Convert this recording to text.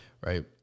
right